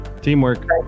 teamwork